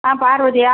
ஆ பார்வதியா